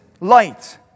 light